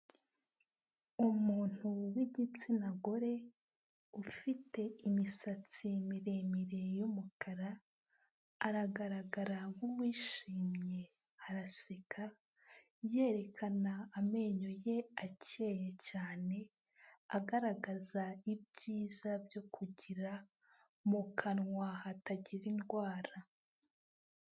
Umuntu w'igitsina gore ufite imisatsi miremire y'umukara aragaragara nkuwishimye araseka yerekana amenyo ye akeye cyane, agaragaza ibyiza byo kugira mu kanwa hatagira indwara.